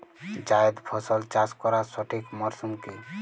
জায়েদ ফসল চাষ করার সঠিক মরশুম কি?